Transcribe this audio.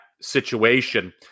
situation